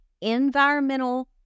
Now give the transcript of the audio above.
environmental